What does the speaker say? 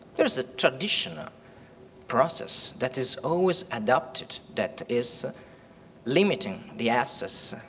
there's a traditional process that is always adopted that is limiting the access,